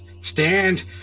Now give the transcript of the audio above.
stand